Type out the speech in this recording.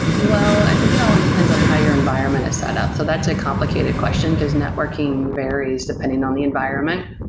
well, i think it all depends on how your environment is set up. so that's a complicated question, because networking varies depending on the environment.